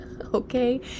okay